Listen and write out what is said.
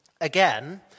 Again